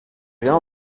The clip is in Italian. prima